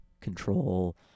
control